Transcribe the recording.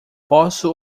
posso